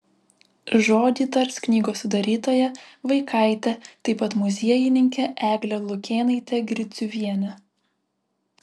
žodį tars knygos sudarytoja vaikaitė taip pat muziejininkė eglė lukėnaitė griciuvienė